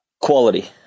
Quality